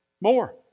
More